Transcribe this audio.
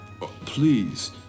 Please